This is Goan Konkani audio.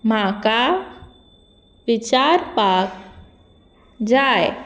म्हाका विचारपाक जाय